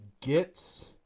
get